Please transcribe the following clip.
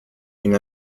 une